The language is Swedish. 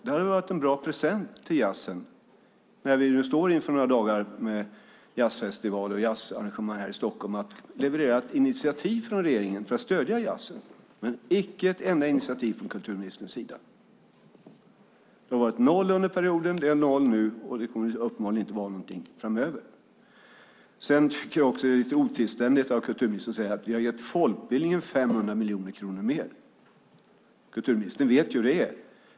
Det hade väl varit en bra present till jazzen, när vi nu står inför några dagar med jazzfestival och jazzarrangemang här i Stockholm, att leverera ett initiativ från regeringen för att stödja jazzen. Men icke ett enda initiativ tas från kulturministerns sida. Det har varit noll under perioden, är noll nu och kommer uppenbarligen inte att vara någonting framöver. Det är också lite otillständigt att kulturministern säger att ni har gett folkbildningen 500 miljoner kronor mer. Kulturministern vet hur det är.